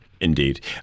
Indeed